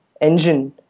engine